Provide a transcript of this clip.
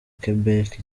quebec